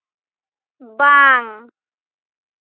ᱵᱟᱝ